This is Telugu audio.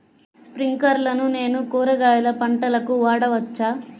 స్ప్రింక్లర్లను నేను కూరగాయల పంటలకు వాడవచ్చా?